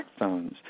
smartphones